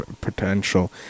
potential